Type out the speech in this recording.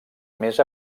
més